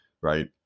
right